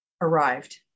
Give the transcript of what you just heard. arrived